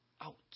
out